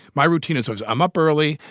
my routine is over. i'm up early.